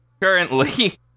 currently